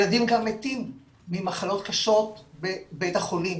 ילדים גם מתים ממחלות קשות בבית החולים,